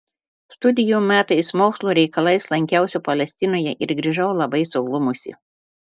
studijų metais mokslo reikalais lankiausi palestinoje ir grįžau labai suglumusi